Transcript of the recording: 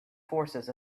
forces